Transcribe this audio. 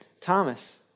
Thomas